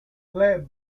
club